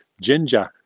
Ginger